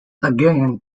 again